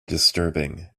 disturbing